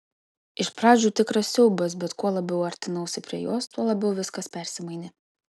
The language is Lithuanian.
iš pradžių tikras siaubas bet kuo labiau artinausi prie jos tuo labiau viskas persimainė